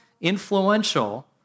influential